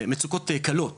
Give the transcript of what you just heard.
מצוקות קלות